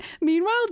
meanwhile